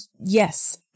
Yes